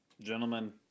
Gentlemen